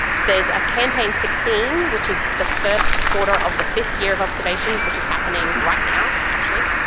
there's a campaign sixteen, which is the first quarter of the fifth year of observations which is happening right now actually,